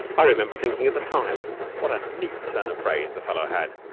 i remember thinking at the time what a neat turn of phrase the fellow had.